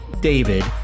David